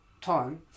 time